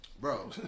bro